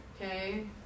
Okay